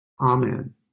Amen